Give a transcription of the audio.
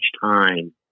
time